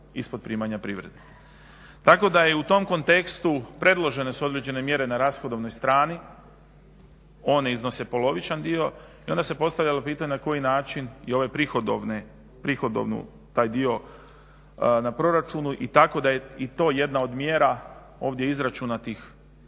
se ne razumije./… Tako da je u tom kontekstu predložene su određene mjere na rashodovnoj strani, one iznose polovičan dio i onda se postavljalo pitanje na koji način i ove prihodovnu, taj dio na proračunu i tako da je i to jedna od mjera ovdje izračunatih